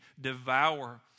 devour